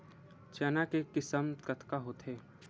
चना के किसम कतका होथे?